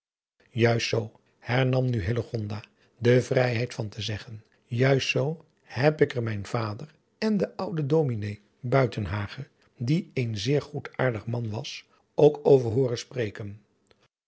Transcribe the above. juist zoo nam nu hillegonda de vrijheid van te zeggen juist zoo heb ik er mijn vader en den ouden dominé buitenhagen die een zeer goedaaardig man was ook over hoorenspreken